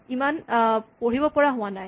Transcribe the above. ইমান পঢ়িব পৰা হোৱা নাই